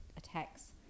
attacks